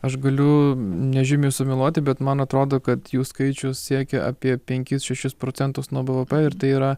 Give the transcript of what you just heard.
aš guliu nežymiai sumeluoti bet man atrodo kad jų skaičius siekia apie penkis šešis procentus nuo bvp ir tai yra